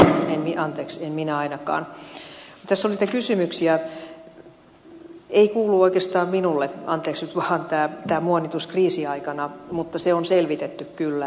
kun tässä on näitä kysymyksiä ei kuulu oikeastaan minulle anteeksi nyt vaan tämä muonitus kriisiaikana mutta se on selvitetty kyllä